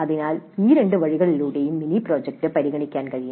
അതിനാൽ ഈ രണ്ട് വഴികളിലൂടെയും മിനി പ്രോജക്റ്റ് പരിഗണിക്കാൻ കഴിയും